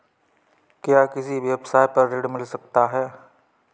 क्या किसी व्यवसाय पर ऋण मिल सकता है?